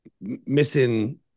missing